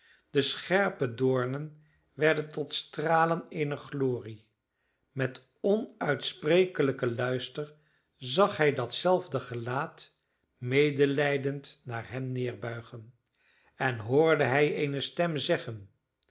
de scherpe doornen werden tot stralen eener glorie met onuitsprekelijken luister zag hij datzelfde gelaat medelijdend naar hem nederbuigen en hoorde hij eene stem zeggen